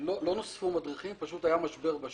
לא נוספו מדריכים, פשוט היה משבר בשוק,